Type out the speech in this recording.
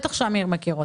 ובטח אמיר מכיר אותה.